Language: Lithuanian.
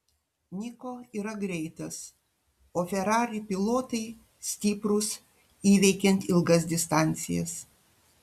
niko yra greitas o ferrari pilotai stiprūs įveikiant ilgas distancijas